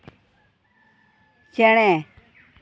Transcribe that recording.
ᱪᱮᱬᱮ